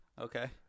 Okay